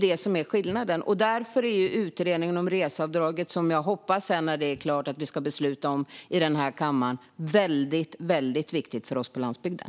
Det är skillnaden, och därför är utredningen om reseavdraget, som jag hoppas att vi ska besluta om i kammaren när den är klar, väldigt viktig för oss på landsbygden.